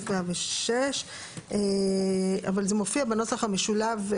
סעיף 106. אבל זה מופיע בנוסח המשולב,